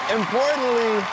importantly